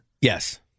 yes